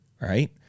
right